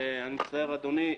ואני מצטער אדוני,